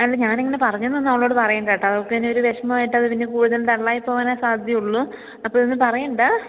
അല്ല ഞാനിങ്ങനെ പറഞ്ഞുവെന്നൊന്നും അവളോട് പറയേണ്ട കേട്ടോ അവള്ക്കിനിയൊരു വിഷമമായിട്ട് അതുപിന്നെ കൂടുതൽ ഡളളായിപോകാനേ സാധ്യതയുള്ളൂ അപ്പോള് ഇതൊന്നും പറയേണ്ട